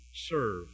serve